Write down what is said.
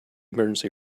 emergency